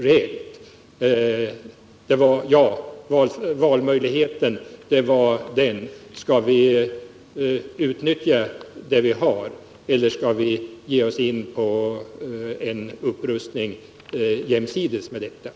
Den valmöjlighet vi då hade var om vi skulle utnyttja vad vi hade eller om vi i stället skulle ge oss in på en kostnadsmässig upprustning.